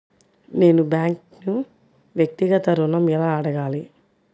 నేను బ్యాంక్ను వ్యక్తిగత ఋణం ఎలా అడగాలి?